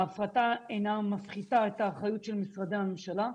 ההפרטה אינה מפחיתה את האחריות של משרדי הממשלה.